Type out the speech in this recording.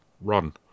run